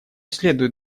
следует